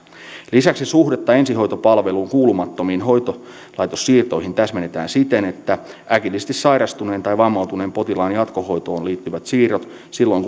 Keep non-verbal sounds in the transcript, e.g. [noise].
lisäksi suhdetta ensihoitopalveluun kuulumattomiin hoitolaitossiirtoihin täsmennetään siten että äkillisesti sairastuneen tai vammautuneen potilaan jatkohoitoon liittyvät siirrot silloin [unintelligible]